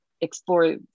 explore